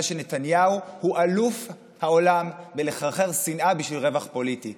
שנתניהו הוא אלוף העולם בחרחור שנאה בשביל רווח פוליטי.